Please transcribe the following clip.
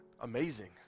amazing